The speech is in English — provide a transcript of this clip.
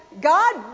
God